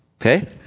Okay